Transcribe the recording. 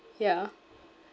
yeah